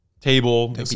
table